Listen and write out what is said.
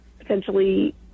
essentially